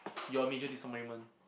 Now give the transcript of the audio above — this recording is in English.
you're a major disappointment